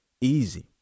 easy